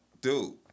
dude